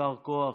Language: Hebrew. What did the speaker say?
יישר כוח